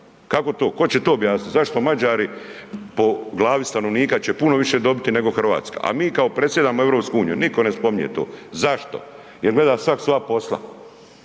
Kako to, tko će to objasniti? Zašto Mađari po glavi stanovnika će puno više dobiti nego Hrvatska? A mi kao predsjedamo EU, nitko ne spominje to. Zašto? Jer gleda svak svoja posla.